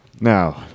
Now